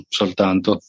soltanto